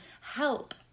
Help